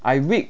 I week